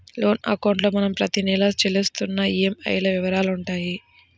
loan అకౌంట్లో మనం ప్రతి నెలా చెల్లిస్తున్న ఈఎంఐల వివరాలుంటాయి